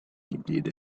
did